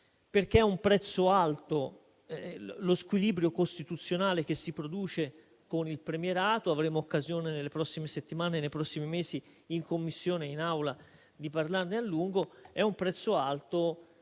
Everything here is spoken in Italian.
perché è alto lo squilibrio costituzionale che si produce con il premierato. Avremo occasione nelle prossime settimane e nei prossimi mesi, in Commissione e in Aula, di parlarne a lungo. È un prezzo alto